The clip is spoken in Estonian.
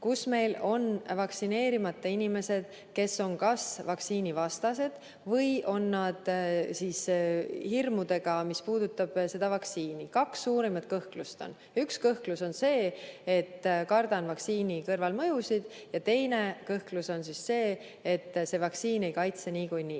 kus meil on vaktsineerimata inimesed, kes on kas vaktsiinivastased või on nad hirmudega, mis puudutab seda vaktsiini. Kaks suurimat kõhklust on: üks kõhklus on see, et kardan vaktsiini kõrvalmõjusid, ja teine kõhklus on see, et see vaktsiin ei kaitse niikuinii.